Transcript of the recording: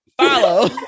follow